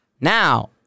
now